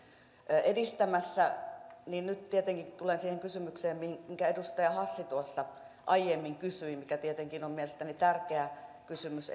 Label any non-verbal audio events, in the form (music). edistämässä nyt tietenkin tulen siihen kysymykseen minkä minkä edustaja hassi tuossa aiemmin kysyi mikä tietenkin on mielestäni tärkeä kysymys (unintelligible)